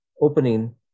opening